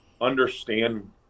understand